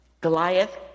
Goliath